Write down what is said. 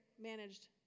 managed